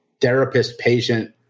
therapist-patient